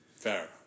Fair